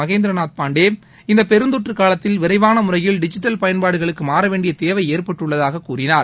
மகேந்திர நாத் பாண்டே இந்த பெருந்தொற்றுக் காலத்தில் விரைவான முறையில் டிஜிட்டல் பயன்பாடுகளுக்கு மாற வேண்டிய தேவை ஏற்பட்டுள்ளதாகக் கூறினார்